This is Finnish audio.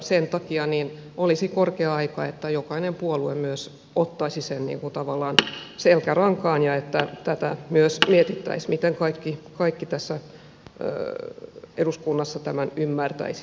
sen takia olisi korkea aika että jokainen puolue myös ottaisi sen tavallaan selkärankaan ja että tätä myös mietittäisiin miten kaikki tässä eduskunnassa tämän ymmärtäisivät sillä tavalla